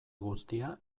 guztia